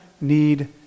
need